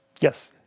Yes